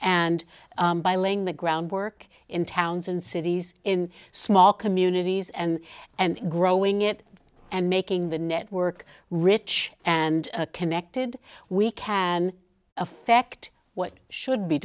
and by laying the groundwork in towns and cities in small communities and and growing it and making the network rich and connected we can effect what should